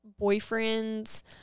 boyfriends